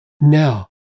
Now